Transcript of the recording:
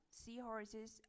seahorses